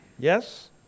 Yes